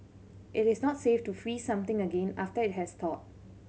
it is not safe to freeze something again after it has thawed